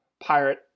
pirate